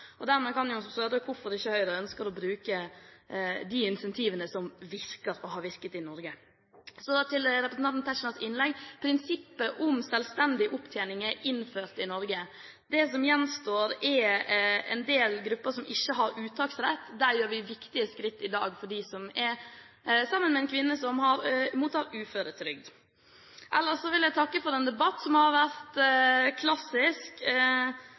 Dermed kan en jo også spørre hvorfor ikke Høyre ønsker å bruke de incentivene som virker og har virket i Norge. Så til representanten Tetzschners innlegg: Prinsippet om selvstendig opptjening er innført i Norge. Det som gjenstår, er en del grupper som ikke har uttaksrett. Vi tar viktige skritt i dag for dem som er sammen med en kvinne som mottar uføretrygd. Ellers vil jeg takke for en debatt som har vært klassisk.